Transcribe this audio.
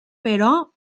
però